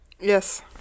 yes